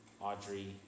Audrey